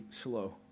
slow